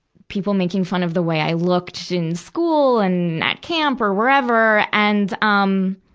people making fun of the way i looked in school and at camp or wherever. and, um,